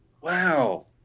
Wow